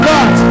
God